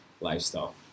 lifestyle